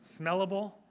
Smellable